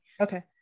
okay